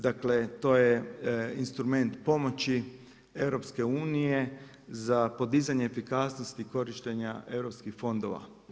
Dakle to je instrument pomoći EU za podizanje efikasnosti korištenja europskih fondova.